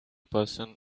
person